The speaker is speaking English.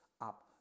up